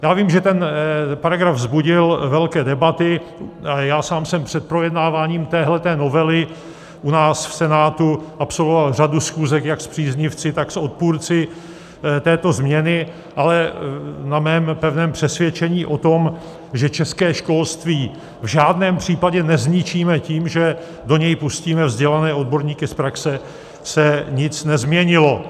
Vím, že ten paragraf vzbudil velké debaty, a já sám jsem před projednáváním téhle novely u nás v Senátu absolvoval řadu schůzek jak s příznivci, tak s odpůrci této změny, ale na mém pevném přesvědčení o tom, že české školství v žádném případě nezničíme tím, že do něj pustíme vzdělané odborníky z praxe, se nic nezměnilo.